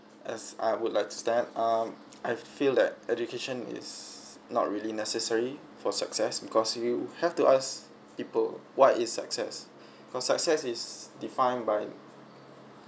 as I would like to stand um I feel that education is not really necessary for success because you have to ask people what is success because success is defined by